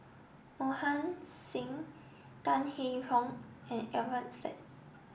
Mohan Singh Tan Hwee Hock and Alfian Sa'at